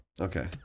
Okay